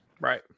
Right